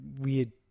weird